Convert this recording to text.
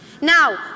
Now